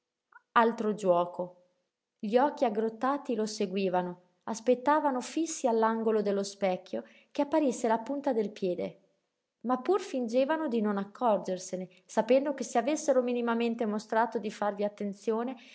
altro giuoco gli occhi aggrottati lo seguivano aspettavano fissi all'angolo dello specchio che apparisse la punta del piede ma pur fingevano di non accorgersene sapendo che se avessero minimamente mostrato di farvi attenzione